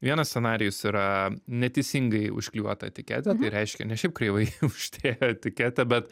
vienas scenarijus yra neteisingai užklijuota etiketė tai reiškia ne šiaip kreivai uždėjo etiketą bet